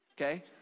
okay